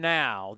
now